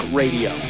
radio